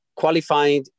Qualified